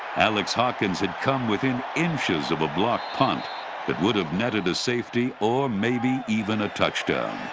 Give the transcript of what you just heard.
alex hawkins had come within inches of a blocked punt that would have netted a safety or maybe even a touchdown.